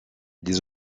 des